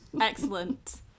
excellent